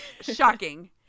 Shocking